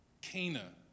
Cana